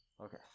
Okay